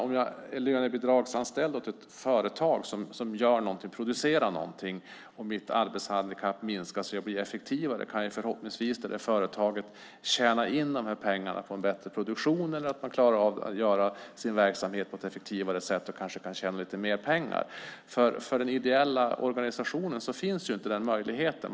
Om jag är lönebidragsanställd hos ett företag som producerar någonting och mitt arbetshandikapp minskar så att jag blir effektivare kan förhoppningsvis företaget tjäna in pengarna på en bättre produktion eller genom att man klarar av sin verksamhet på ett effektivare sätt och kanske kan tjäna lite mer pengar. För den ideella organisationen finns inte den möjligheten.